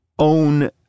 own